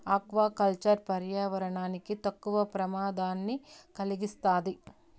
aqua culture పర్యావరణానికి తక్కువ ప్రమాదాన్ని కలిగిస్తాది